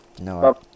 no